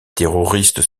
terroristes